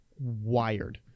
wired